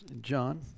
John